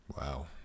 wow